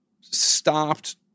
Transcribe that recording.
stopped